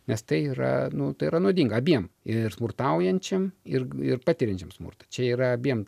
nes tai yra nu tai yra naudinga abiem ir smurtaujančiam ir ir patiriančiam smurtą čia yra abiem